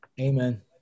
amen